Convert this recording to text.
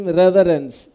reverence